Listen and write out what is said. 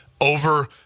over